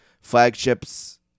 flagships